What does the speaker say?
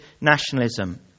nationalism